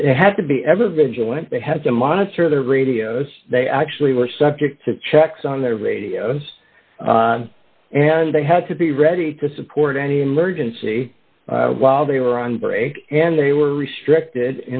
be had to be ever vigilant they had to monitor their radios they actually were subject to checks on their radios and they had to be ready to support any emergency while they were on break and they were restricted